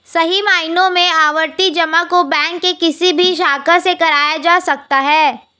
सही मायनों में आवर्ती जमा को बैंक के किसी भी शाखा से कराया जा सकता है